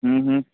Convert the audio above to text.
ہوں ہوں